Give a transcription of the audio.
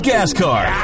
Gascar